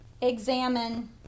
examine